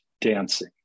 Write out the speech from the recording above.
dancing